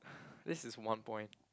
this is one point